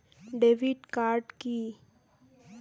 Debit card key?